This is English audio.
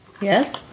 Yes